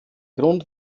grund